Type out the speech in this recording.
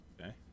okay